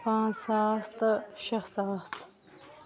پانٛژھ ساس تہٕ شےٚ ساس